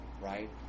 right